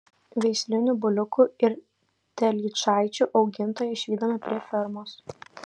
veislinių buliukų ir telyčaičių augintoją išvydome prie fermos